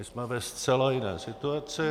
My jsme ve zcela jiné situaci.